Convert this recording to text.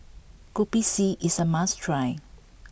Kopi C is a must try